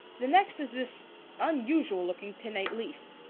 the next is this unusual-looking pinnate leaf.